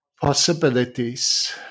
possibilities